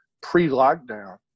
pre-lockdown